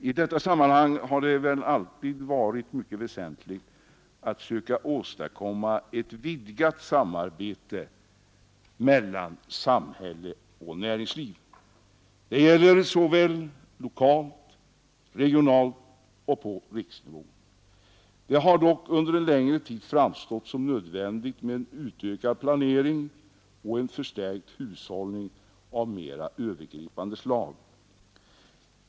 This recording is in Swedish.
I det sammanhanget har det också alltid varit mycket väsentligt att försöka åstadkomma ett vidgat samarbete mellan samhälle och näringsliv. Detta gäller såväl lokalt som regionalt och på riksnivå. Det har dock under en längre tid framstått som nödvändigt med en utökad planering och en förstärkt planhushållning av mera övergripande slag.